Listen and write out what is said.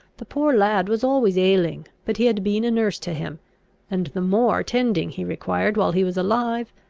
the poor lad was always ailing, but he had been a nurse to him and the more tending he required while he was alive,